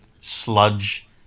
sludge